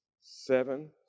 seven